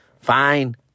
fine